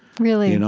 really? you know